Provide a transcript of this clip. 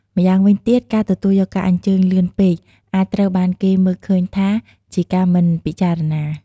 ម្យ៉ាងវិញទៀត ការទទួលយកការអញ្ជើញលឿនពេកអាចត្រូវបានគេមើលឃើញថាជាការមិនពិចារណា។